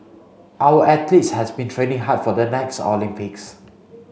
our athletes have been training hard for the next Olympics